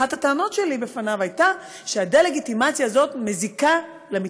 אחת הטענות שלי בפניו הייתה שהדה-לגיטימציה הזאת מזיקה למתיישבים,